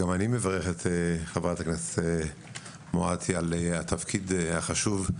גם אני מברך את חברת הכנסת מואטי על התפקיד החשוב.